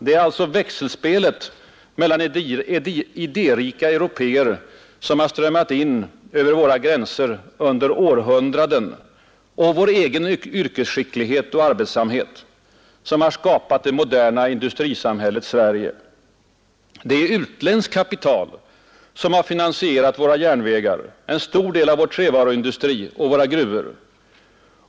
Det är växelspelet mellan idérika européer, som har strömmat in över våra gränser under århundraden, och vår egen yrkesskicklighet, som har skapat det moderna industrisamhället Sverige. Det är utländskt kapital som har finansierat våra järnvägar, en stor del av vår trävaruindustri och våra gruvor.